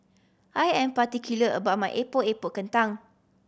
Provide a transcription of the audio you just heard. I am particular about my Epok Epok Kentang